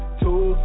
two